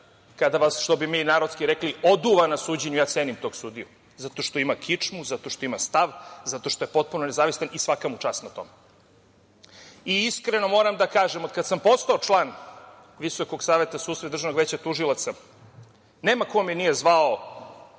kada vas, što bi narodski rekli, oduva na suđenju, ja cenim tog sudiju, jer ima kičmu, jer ima stav, jer je potpuno nezavistan i svaka mu čast na tome. Iskreno moram da kažem, od kada sam postao član VSS i Državnog veća tužilaca, nema ko me nije zvao